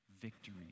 Victory